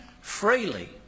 freely